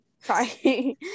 sorry